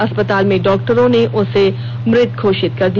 अस्पताल में डॉक्टरों ने उसे मृत घोषित केर दिया